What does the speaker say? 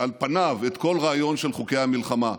על פניו את כל הרעיון של חוקי המלחמה,